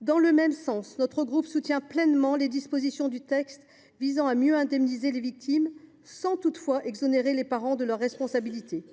De même, notre groupe soutient pleinement les dispositions du texte visant à mieux indemniser les victimes, sans toutefois exonérer les parents de leurs responsabilités.